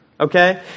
Okay